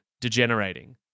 degenerating